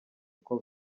uko